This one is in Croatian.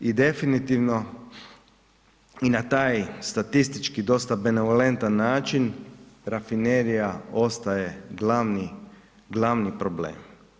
I definitivno i na taj statistički dosta benevolentan način rafinerija ostaje glavni problem.